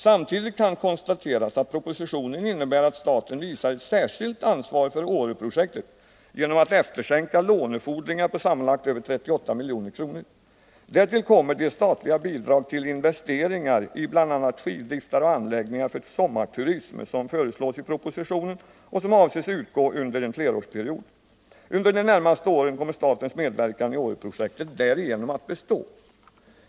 Samtidigt kan konstateras att propositionen innebär att staten visar ett särskilt ansvar för Åreprojektet genom att efterskänka lånefordringar på sammanlagt över 38 milj.kr. Därtill kommer de statliga bidrag till investeringar i bl.a. skidliftar och anläggningar för sommarturism som föreslås i propositionen och som avses utgå under en flerårsperiod. Under de närmaste åren kommer statens medverkan i Åreprojektet därigenom att bestå.